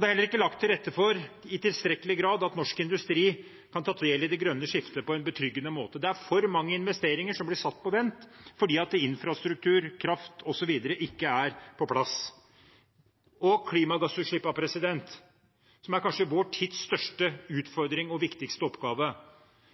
det er heller ikke i tilstrekkelig grad lagt til rette for at norsk industri kan ta del i det grønne skiftet på en betryggende måte. Det er for mange investeringer som blir satt på vent, fordi infrastruktur og kraft osv. ikke er på plass. Klimagassutslippene er kanskje vår tids største utfordring og viktigste oppgave.